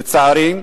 לצערי,